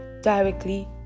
directly